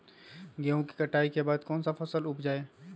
गेंहू के कटाई के बाद कौन सा फसल उप जाए?